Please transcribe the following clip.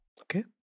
Okay